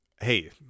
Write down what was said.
hey